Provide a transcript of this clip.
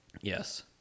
Yes